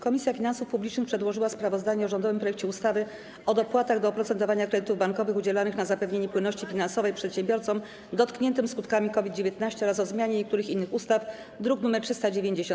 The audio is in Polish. Komisja Finansów Publicznych przedłożyła sprawozdanie o rządowym projekcie ustawy o dopłatach do oprocentowania kredytów bankowych udzielanych na zapewnienie płynności finansowej przedsiębiorcom dotkniętym skutkami COVID-19 oraz o zmianie niektórych innych ustaw, druk nr 390.